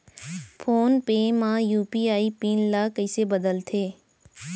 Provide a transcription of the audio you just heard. Phone पे म UPI PIN ल कइसे बदलथे?